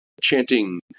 chanting